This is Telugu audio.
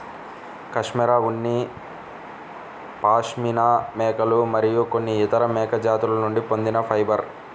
కష్మెరె ఉన్ని పాష్మినా మేకలు మరియు కొన్ని ఇతర మేక జాతుల నుండి పొందిన ఫైబర్